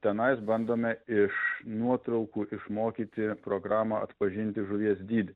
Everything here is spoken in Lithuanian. tenais bandome iš nuotraukų išmokyti programą atpažinti žuvies dydį